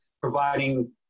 providing